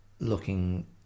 looking